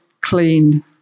clean